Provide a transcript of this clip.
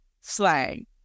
slang